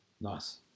Nice